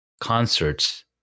concerts